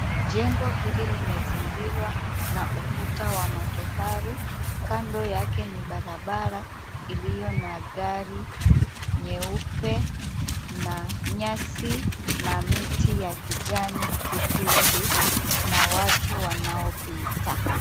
Jengo hili limezingirwa na ukuta wa matofali ,kando yake ni barabara iliyo na gari nyeupe na nyasi na miti ya kijani kibichi na watu wanaopita.